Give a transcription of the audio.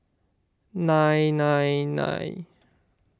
nine nine nine